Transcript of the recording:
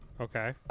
Okay